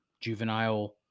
juvenile